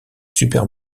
super